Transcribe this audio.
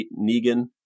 Negan